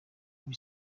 ibi